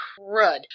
crud